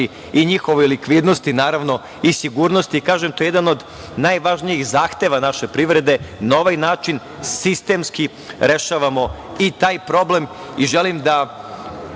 i njihovoj likvidnosti i sigurnosti. Kažem, to je jedan od najvažnijih zahteva naše privrede. Na ovaj način sistemski rešavamo i taj problem. Želim da